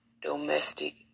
domestic